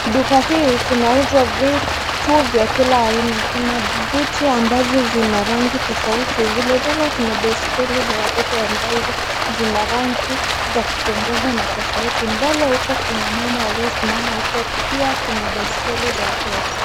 Duka hii kunauzwa vituvya kila aina. Kuna vitu ambavyo vina rangi tofauti. Vile vile kuna baiskeli za watoto ambazo zina rangi za kupendeza na tofauti. Mbele huku kuna mama aliyesimama huku na pia kuna baiskeli za watu wazee.